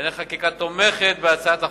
תומכת בהצעת החוק,